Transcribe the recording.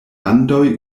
landoj